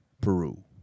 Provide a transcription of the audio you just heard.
Peru